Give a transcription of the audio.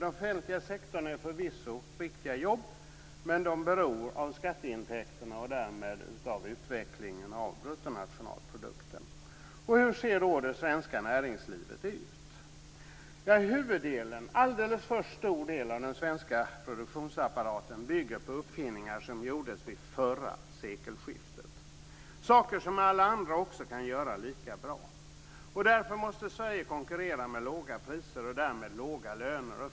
Den offentliga sektorn utgör förvisso riktiga jobb, men de beror av skatteintäkterna och därmed av utvecklingen av bruttonationalprodukten. Hur ser då det svenska näringslivet ut? En alldeles för stor del av den svenska produktionsapparaten bygger på uppfinningar som gjordes vid förra sekelskiftet. Det är saker som alla andra kan göra lika bra. Därför måste Sverige konkurrera med låga priser och därmed låga löner.